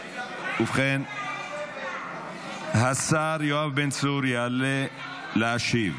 ובכן, השר יואב בן צור יעלה להשיב.